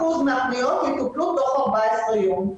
000 אנשים פנו אליך יכולתם לשחרר והרבה מתוכם פנו אליכם.